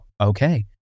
okay